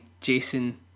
Jason